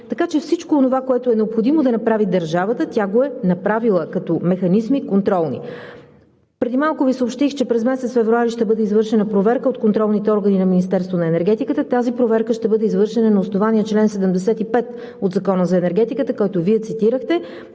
така че всичко онова, което е необходимо да направи държавата, тя го е направила като контролни механизми. Преди малко Ви съобщих, че през месец февруари ще бъде извършена проверка от контролните органи на Министерството на енергетиката. Тази проверка ще бъде извършена на основание чл. 75 от Закона за енергетиката, който Вие цитирахте.